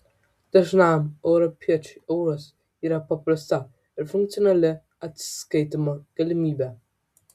dažnam europiečiui euras yra paprasta ir funkcionali atsiskaitymo galimybė